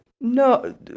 No